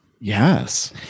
Yes